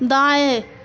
दाएं